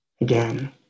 Again